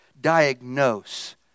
diagnose